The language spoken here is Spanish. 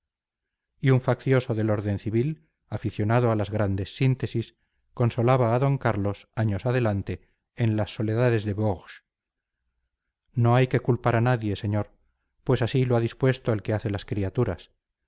y un faccioso del orden civil aficionado a las grandes síntesis consolaba a d carlos años adelante en las soledades de bourges no hay que culpar a nadie señor pues así lo ha dispuesto el que hace las criaturas